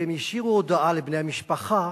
והם השאירו הודעה לבני-המשפחה